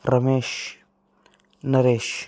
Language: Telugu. రమేష్ నరేష్